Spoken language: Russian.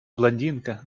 блондинка